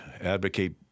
advocate